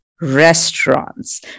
restaurants